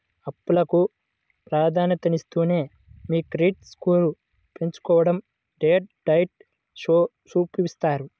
అప్పులకు ప్రాధాన్యతనిస్తూనే మీ క్రెడిట్ స్కోర్ను పెంచుకోడం డెట్ డైట్ షోలో చూపిత్తారు